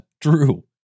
true